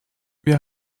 wir